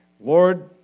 Lord